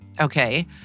Okay